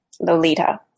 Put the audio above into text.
Lolita